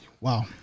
Wow